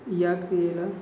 या क्रियेला